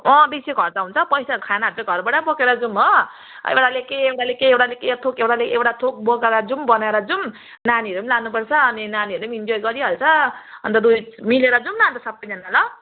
अँ बेसी खर्च हुन्छ पैसा खानाहरू चाहिँ घरबाट बोकेर जाउँ हो एउटाले के एउटाले के एउटाले के एक थोक एउटाले एउटा थोक बोकेर जाउँ नानीहरू पनि लानुपर्छ अनि नानीहरूले पनि इन्जोय गरिहाल्छ अन्त मिलेर जाउँ न अन्त सबैजना ल